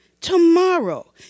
tomorrow